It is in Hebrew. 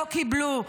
לא קיבלו.